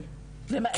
כן.